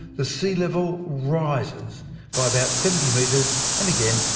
the sea level rises by about seventy metres and again,